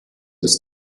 des